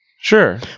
Sure